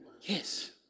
Yes